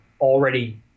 already